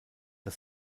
das